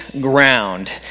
ground